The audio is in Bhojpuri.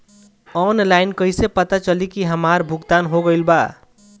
ऑनलाइन कईसे पता चली की हमार भुगतान हो गईल बा?